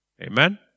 Amen